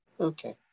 Okay